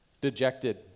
dejected